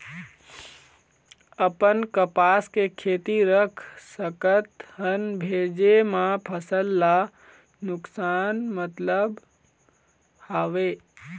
अपन कपास के खेती रख सकत हन भेजे मा फसल ला नुकसान मतलब हावे?